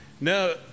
No